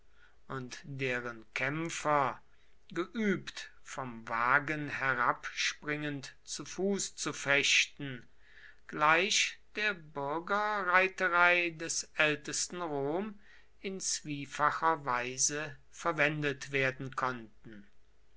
und deren kämpfer geübt vom wagen herabspringend zu fuß zu fechten gleich der bürgerreiterei des ältesten rom in zwiefacher weise verwendet werden konnten